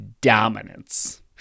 dominance